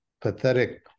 pathetic